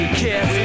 kiss